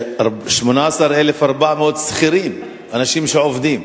18,400 שכירים, אנשים שעובדים.